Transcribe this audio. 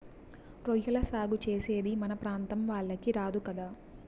రొయ్యల సాగు చేసేది మన ప్రాంతం వాళ్లకి రాదు కదా